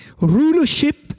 Rulership